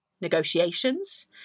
negotiations